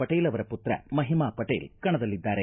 ಪಟೇಲ್ ಅವರ ಪುತ್ರ ಮಹಿಮಾ ಪಟೇಲ್ ಕಣದಲ್ಲಿದ್ದಾರೆ